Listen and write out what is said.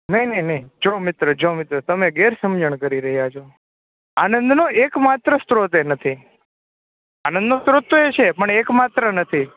નહીં નહીં જો તમે ગેરસમજણ કરી રહ્યા છો આનંદનો એક માત્ર સ્ત્રોત એ નથી આનંદ નો સ્રોત એ છે પણ એકમાત્ર નથી